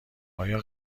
آیا